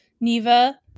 NEVA